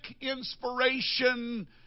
inspiration